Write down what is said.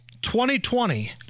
2020